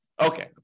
Okay